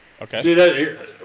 Okay